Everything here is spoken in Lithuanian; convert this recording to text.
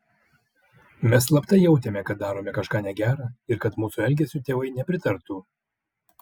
mes slapta jautėme kad darome kažką negera ir kad mūsų elgesiui tėvai nepritartų